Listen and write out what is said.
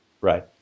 Right